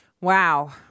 Wow